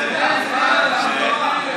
אז הוא מספר שהרב של הקהילה,